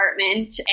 apartment